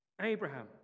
Abraham